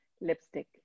Lipstick